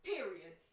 Period